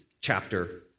chapter